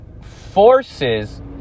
forces